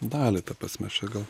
dalį ta prasme čia gal